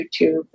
YouTube